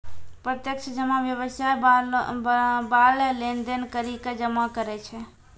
प्रत्यक्ष जमा व्यवसाय बाला लेन देन करि के जमा करै छै